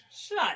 Shut